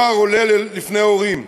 נוער עולה לפני ההורים.